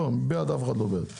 מי בעד, אף אחד לא בעד.